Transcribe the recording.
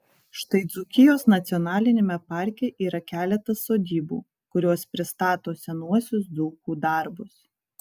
štai dzūkijos nacionaliniame parke yra keletas sodybų kurios pristato senuosius dzūkų darbus